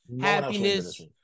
happiness